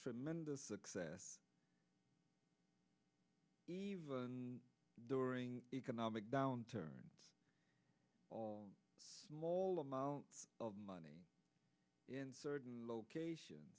tremendous success during economic downturn all small amounts of money in certain locations